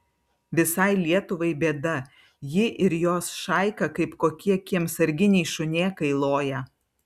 visai lietuvai bėda ji ir jos šaika kaip kokie kiemsarginiai šunėkai loja